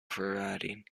providing